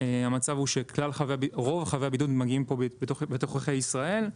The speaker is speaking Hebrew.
טען שרוב חבי הבידוד נמצאים בתוככי ישראל.